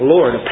Lord